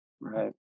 Right